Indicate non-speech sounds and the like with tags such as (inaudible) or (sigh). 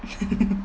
(laughs)